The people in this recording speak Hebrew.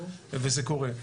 וזה קורה.